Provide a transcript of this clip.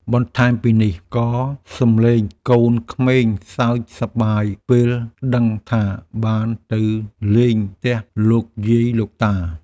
បន្ថែមពីនេះ ក៏សំឡេងកូនក្មេងសើចសប្បាយពេលដឹងថាបានទៅលេងផ្ទះលោកយាយលោកតា។